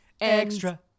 extra